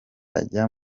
ajya